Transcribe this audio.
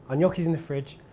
gnocchi is in the fridge.